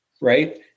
right